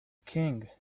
king